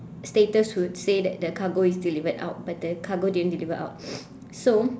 status would say that the cargo is delivered out but the cargo didn't deliver out so